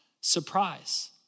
surprise